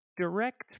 Direct